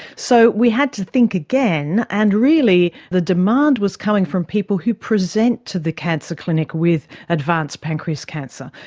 so we had to think again, and really the demand was coming from people who present to the cancer clinic with advanced pancreatic cancer.